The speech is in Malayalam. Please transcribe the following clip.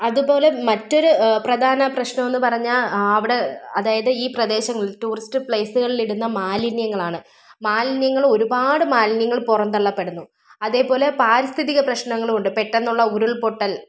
അതുപോലെ മറ്റൊരു പ്രധാന പ്രശ്നമെന്ന് പറഞ്ഞാൽ അവിടെ അതായത് ഈ പ്രദേശങ്ങളിൽ ടൂറിസ്റ്റ് പ്ലേസുകളിൽ ഇടുന്ന മാലിന്യങ്ങളാണ് മാലിന്യങ്ങൾ ഒരുപാട് മാലിന്യങ്ങൾ പുറംതള്ളപ്പെടുന്നു അതേപോലെ പാരിസ്ഥിതിക പ്രശ്നങ്ങളുമുണ്ട് പെട്ടെന്നുള്ള ഉരുൾപൊട്ടൽ